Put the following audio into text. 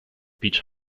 peach